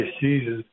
Jesus